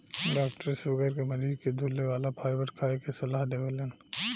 doctor sugar के मरीज के धुले वाला फाइबर खाए के सलाह देवेलन